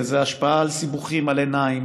זה השפעה של סיבוכים על עיניים,